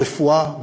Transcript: רפואה,